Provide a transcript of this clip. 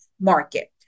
market